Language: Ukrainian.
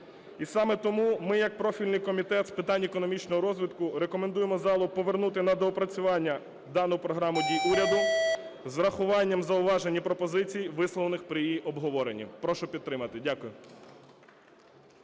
І саме тому ми як профільний Комітет з питань економічного розвитку рекомендуємо залу повернути на доопрацювання дану Програму дій уряду з урахуванням зауважень і пропозицій, висловлених при її обговоренні. Прошу підтримати. Дякую.